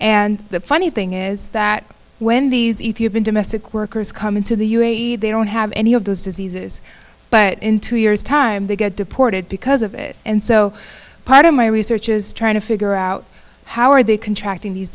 and the funny thing is that when these ethiopian domestic workers come into the u a e they don't have any of those diseases but in two years time they get deported because of it and so part of my research is trying to figure out how are they contract in these